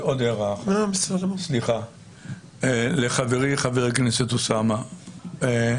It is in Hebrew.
חברי חבר הכנסת אוסאמה,